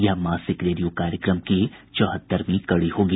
यह मासिक रेडियो कार्यक्रम की चौहत्तरवीं कड़ी होगी